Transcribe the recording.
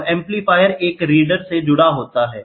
और एम्पलीफायर एक रीडर से जुड़ा होता है